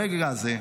הרגע הזה,